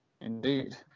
Indeed